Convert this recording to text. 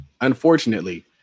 Unfortunately